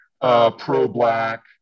pro-black